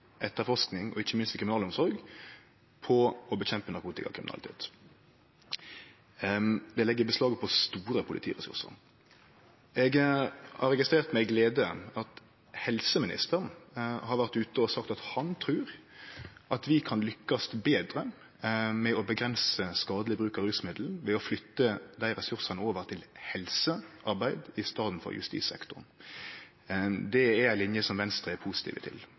etterforsking og ikkje minst i kriminalomsorg på å bekjempe narkotikakriminalitet. Det legg beslag på store politiressursar. Eg har registrert med glede at helseministeren har vore ute og sagt at han trur vi kan lykkast betre med å avgrense skadeleg bruk av rusmiddel ved å flytte dei ressursane over til helsearbeid i staden for til justissektoren. Det er ei linje som Venstre er positiv til.